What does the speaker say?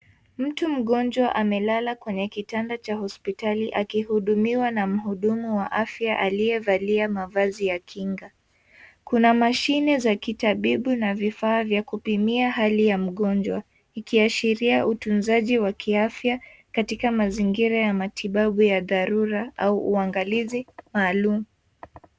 Mtu mgonjwa amelala kwenye kitanda cha hospitali akihudumiwa na mhudumu wa afya aliyevalia mavazi ya kinga kuna mashine za kitabibu na vifaa vya kupimia hali ya mgonjwa ikiashiria utunzaji wa kiafya katika mazingira ya matibabu ya dharura au uangalizi maalum.